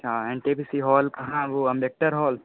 हाँ N T P C hall कहाँ है वो आंबेडकर हॉल